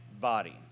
body